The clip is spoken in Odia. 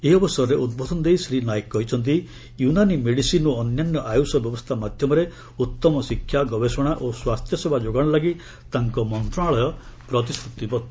ଏହି ଅବସରରେ ଉଦ୍ବୋଧନ ଦେଇ ଶ୍ରୀ ନାଏକ କହିଛନ୍ତି ୟୁନାନି ମେଡିସିନ୍ ଓ ଅନ୍ୟାନ୍ୟ ଆୟୁଷ ବ୍ୟବସ୍ଥା ମାଧ୍ୟମରେ ଉତ୍ତମ ଶିକ୍ଷା ଗବେଷଣା ଓ ସ୍ୱାସ୍ଥ୍ୟସେବା ଯୋଗାଣ ଲାଗି ତାଙ୍କ ମନ୍ତ୍ରଣାଳୟ ପ୍ରତିଶ୍ରତିବଦ୍ଧ